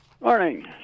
Morning